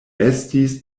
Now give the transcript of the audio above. estis